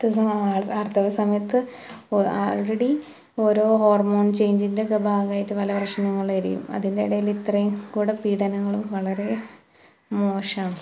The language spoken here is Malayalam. പ്രത്യേകിച്ചാ ആര്ത്തവ സമയത്ത് ആള്റെഡി ഓരോ ഹോര്മോണ് ചേയ്ഞ്ചിന്റെയൊക്കെ ഭാഗമായിട്ട് പല പ്രശ്നങ്ങളായിരിക്കും അതിൻ്റിടയിലിത്രയും കൂടി പീഡനങ്ങളും വളരെ മോശമാണ്